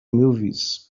movies